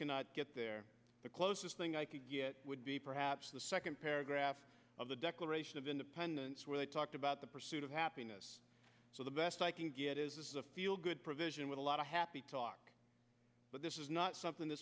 cannot get there the closest thing i could get would be perhaps the second paragraph of the declaration of independence where they talked about the pursuit of happiness so i can get is a feel good provision with a lot of happy talk but this is not something th